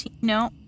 no